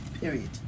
Period